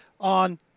on